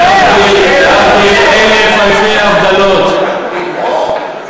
יפה, יפה, הבחנה יפה.